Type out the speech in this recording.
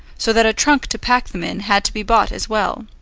so that a trunk to pack them in had to be bought as well.